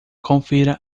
confira